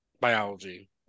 Biology